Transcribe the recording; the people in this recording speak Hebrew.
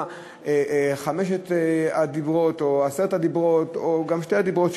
מה הם חמשת הדיברות או עשרת הדיברות או גם שני הדיברות.